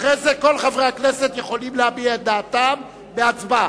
אחרי זה כל חברי הכנסת יכולים להביע את עמדתם בהצבעה.